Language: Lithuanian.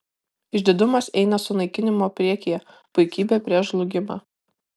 išdidumas eina sunaikinimo priekyje puikybė prieš žlugimą